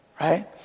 Right